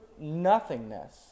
nothingness